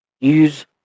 Use